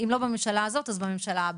אם לא בממשלה הזאת אז בממשלה הבאה.